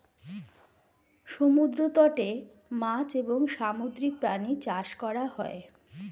সমুদ্র তটে মাছ এবং সামুদ্রিক প্রাণী চাষ করা হয়